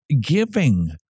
giving